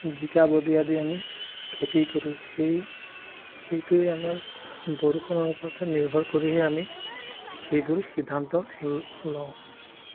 জিকা বডি আদি আমি খেতি কৰোঁ সেই সেইটোৱে আমাৰ বৰষুণৰ ওপৰতহে নিৰ্ভৰ কৰিহে আমি সেইবোৰ সিদ্ধান্ত লওঁ